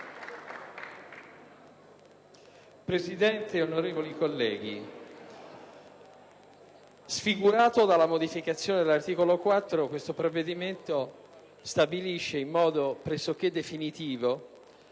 Presidente, onorevoli colleghi, sfigurato dalla modificazione dell'articolo 4, il provvedimento in esame stabilisce in modo pressoché definitivo